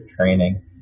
training